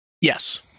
Yes